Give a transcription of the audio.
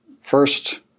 first